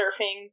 surfing